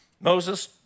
Moses